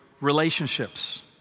relationships